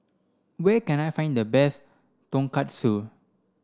where can I find the best Tonkatsu